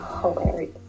hilarious